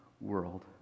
world